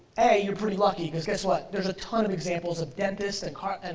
a, you're pretty lucky because guess what, there's a ton of examples of dentists, and car, and